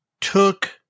took